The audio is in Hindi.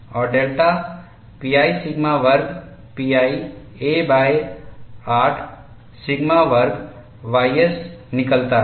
और डेल्टा pi सिग्मा वर्ग pi a 8 सिग्मा वर्ग ys निकलता है